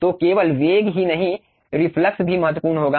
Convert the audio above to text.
तो केवल वेग ही नहीं रिफ्लक्स भी महत्वपूर्ण होगा